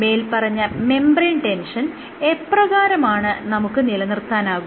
മേല്പറഞ്ഞ membrane tension എപ്രകാരമാണ് നമുക്ക് നിലനിർത്താനാകുക